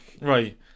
right